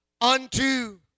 unto